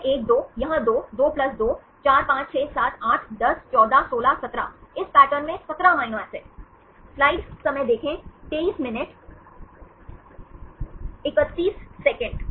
यह 1 2 यहाँ 2 2 प्लस 2 4 5 6 7 8 10 14 16 17 इस पैटर्न में 17 अमीनो एसिड